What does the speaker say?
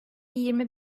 yirmi